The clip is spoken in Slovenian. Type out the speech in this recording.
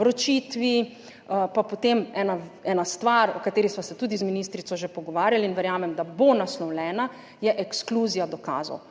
vročitvi, pa potem ena stvar, o kateri sva se tudi z ministrico že pogovarjali in verjamem, da bo naslovljena, je ekskluzija dokazov.